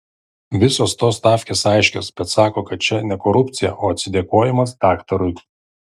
visos tos stavkės aiškios bet sako kad čia ne korupcija o atsidėkojimas daktarui